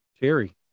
Terry